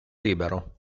libero